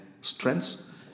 strengths